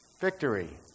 Victory